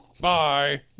bye